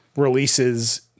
releases